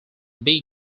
bee